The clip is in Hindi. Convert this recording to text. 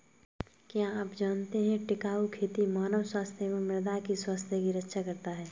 क्या आप जानते है टिकाऊ खेती मानव स्वास्थ्य एवं मृदा की स्वास्थ्य की रक्षा करता हैं?